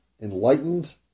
enlightened